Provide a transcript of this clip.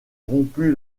rompu